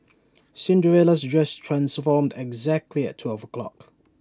Cinderella's dress transformed exactly at twelve o'clock